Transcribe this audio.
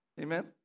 Amen